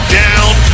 down